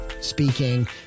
speaking